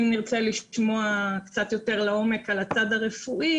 אם נרצה לשמוע קצת יותר לעומק על הצד הרפואי,